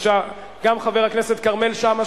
גם חבר הכנסת כרמל שאמה,